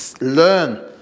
Learn